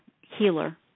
healer